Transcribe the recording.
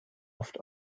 oft